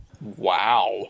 wow